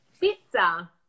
Pizza